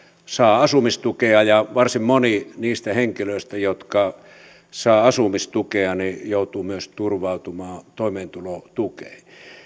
saavat asumistukea varsin moni niistä henkilöistä jotka saavat asumistukea joutuu myös turvautumaan toimeentulotukeen